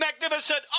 Magnificent